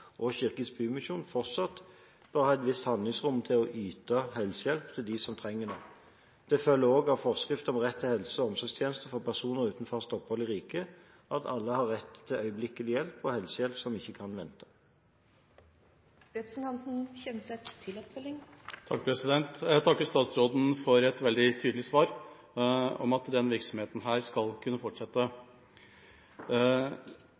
og Kirkens Bymisjon, fortsatt bør ha et visst handlingsrom til å yte helsehjelp til dem som trenger det. Det følger også av forskrift om rett til helse- og omsorgstjenester for personer uten fast opphold i riket at alle har rett til øyeblikkelig hjelp og helsehjelp som ikke kan vente. Jeg takker statsråden for et veldig tydelig svar: Denne virksomheten skal kunne fortsette.